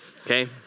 okay